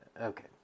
okay